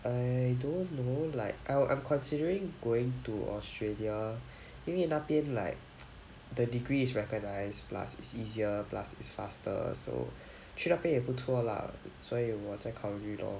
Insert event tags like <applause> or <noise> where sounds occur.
I don't know like I will I'm consider going to australia 因为那边 like <noise> the degree is recognised plus it's easier plus it's faster so 去那边也不错 lah so 我在考虑 lor